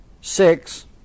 six